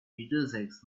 middlesex